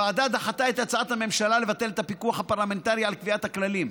הוועדה דחתה את הצעת הממשלה לבטל את הפיקוח הפרלמנטרי על קביעת הכללים.